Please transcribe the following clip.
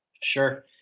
Sure